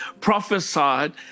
prophesied